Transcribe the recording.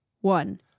one